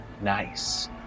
Nice